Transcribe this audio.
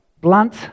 blunt